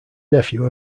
nephew